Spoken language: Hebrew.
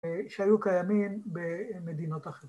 ‫שהיו קיימים במדינות אחרות.